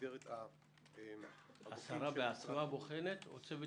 השרה בוחנת או צוות